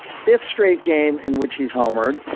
fifth straight game in which he's homered.